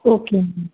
okay